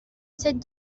cette